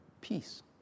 peace